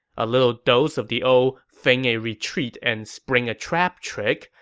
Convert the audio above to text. a little dose of the old feign a retreat and spring a trap trick,